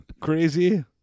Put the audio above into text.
crazy